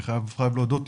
אני חייב להודות,